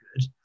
good